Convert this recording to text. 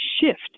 shift